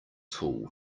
tool